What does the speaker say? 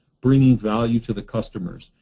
bringing value to the customers.